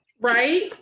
Right